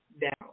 down